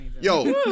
yo